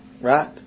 Right